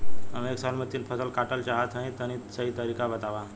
हम एक साल में तीन फसल काटल चाहत हइं तनि सही तरीका बतावा?